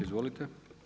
Izvolite.